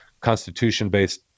constitution-based